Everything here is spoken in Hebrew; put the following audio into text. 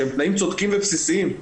שהם תנאים בסיסיים וצודקים.